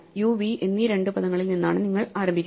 U V എന്നീ രണ്ട് പദങ്ങളിൽ നിന്നാണ് നിങ്ങൾ ആരംഭിക്കുന്നത്